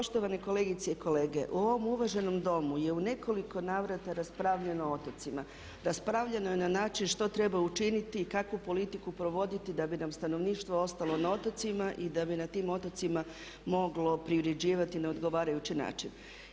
Poštovane kolegice i kolege u ovom uvaženom Domu je u nekoliko navrata raspravljeno o otocima, raspravljano je na način što treba učiniti i kakvu politiku provoditi da bi nam stanovništvo ostalo na otocima i da bi na tim otocima moglo privređivati na odgovarajući način.